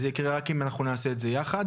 זה יקרה רק אם נעשה זאת יחד.